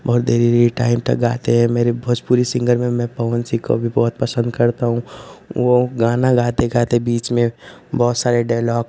बहुत देरी देरी टाइम तक गाते हैं मेरी भोजपुरी सिंगर में मैं पवन सिंह को भी बहुत पसंद करता हूँ वो गाना गाते गाते बीच में बहुत सारे डायलॉग